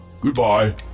Goodbye